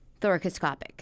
thoracoscopic